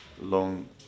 long